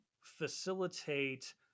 facilitate